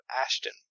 Ashton